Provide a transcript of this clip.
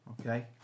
Okay